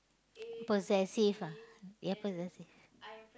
possessive ah ya possessive